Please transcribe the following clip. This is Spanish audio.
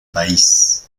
país